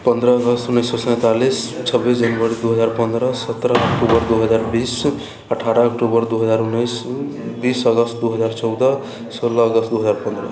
पन्द्रह अगस्त उनैस सए सैन्तालिस छब्बीस जनवरी दू हजार पन्द्रह सत्रह अक्टूबर दू हजार बीस अठारह अक्टूबर दू हजार उनैस बीस अगस्त दू हजार चौदह सोलह अगस्त दू हजार पन्द्रह